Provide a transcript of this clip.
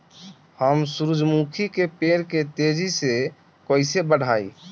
हम सुरुजमुखी के पेड़ के तेजी से कईसे बढ़ाई?